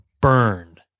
burned